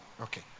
Okay